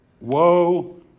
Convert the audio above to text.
woe